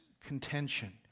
contention